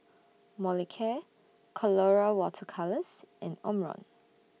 Molicare Colora Water Colours and Omron